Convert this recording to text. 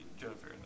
Jennifer